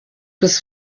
bis